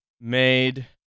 made